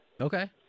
Okay